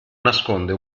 nasconde